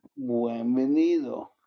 Buenvenido